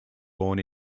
born